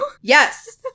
Yes